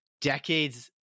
decades